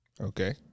Okay